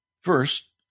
First